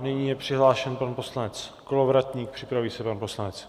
Nyní je přihlášen pan poslanec Kolovratník, připraví se pan poslanec Kupka.